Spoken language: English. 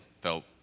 felt